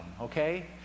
okay